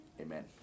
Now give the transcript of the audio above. Amen